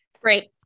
Great